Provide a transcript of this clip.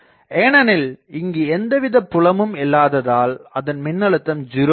ஏனெனில் இங்கு எந்த வித புலமும் இல்லாததால் அதன் மின்னழுத்தம் 0 ஆகும்